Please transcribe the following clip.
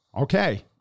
Okay